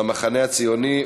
מהמחנה הציוני,